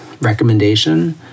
recommendation